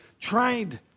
trained